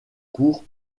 cours